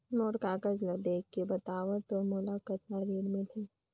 मोर कागज ला देखके बताव तो मोला कतना ऋण मिलही?